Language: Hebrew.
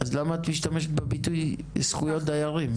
אז למה אתה משתמשת בביטוי זכויות דיירים?